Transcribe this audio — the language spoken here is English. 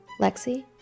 Lexi